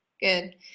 Good